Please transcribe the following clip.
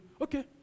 okay